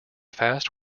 fast